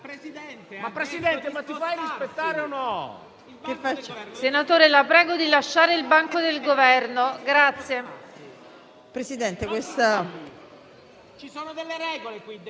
Presidente, ma ti fai rispettare o no?